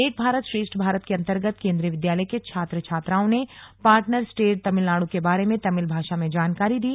एक भारत श्रेष्ठ भारत के अंतर्गत केंद्रीय विद्यालय के छात्र छात्राओं ने पार्टनर स्टेट तमिलनाड् के बारे में तमिल भाषा में जानकारी दी